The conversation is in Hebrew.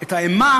את האימה